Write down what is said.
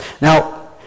now